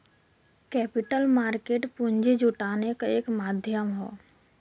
capital market पूंजी जुटाने क एक माध्यम हौ